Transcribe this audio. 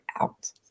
out